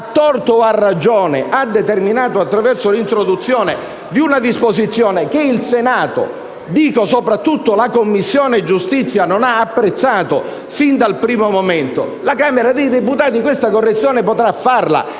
a torto o a ragione, ha determinato attraverso l'introduzione di una disposizione che il Senato e, soprattutto, la Commissione giustizia non hanno apprezzato sin dal primo momento, potrà fare questa correzione e,